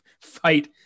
fight